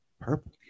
Purple